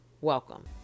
Welcome